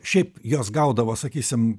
šiaip jos gaudavo sakysim